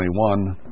21